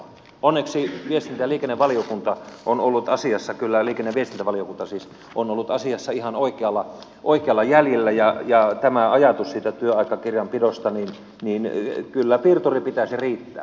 onneksi liikenne ja viestintävaliokunta on ollut asiassa kylälle genevessä valiokunta siis on ollut kyllä ihan oikeilla jäljillä ja mitä tulee ajatukseen siitä työaikakirjanpidosta niin kyllä piirturin pitäisi riittää